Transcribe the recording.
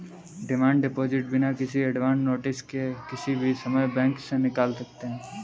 demand deposit बिना किसी advance notice के किसी भी समय बैंक से निकाल सकते है